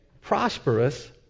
prosperous